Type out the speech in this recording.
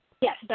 Yes